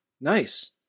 Nice